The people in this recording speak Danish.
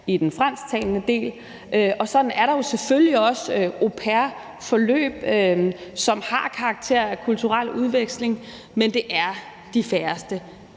i den fransktalende del, og sådan er der jo selvfølgelig også au pair-forløb, som har karakter af kulturel udveksling, men det er de færreste.